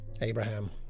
Abraham